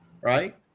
right